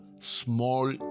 small